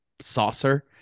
saucer